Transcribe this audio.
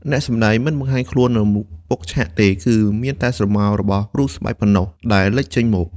អ្នកសម្ដែងមិនបង្ហាញខ្លួននៅមុខឆាកទេ គឺមានតែស្រមោលរបស់រូបស្បែកប៉ុណ្ណោះដែលលេចចេញមក។